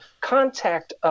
contact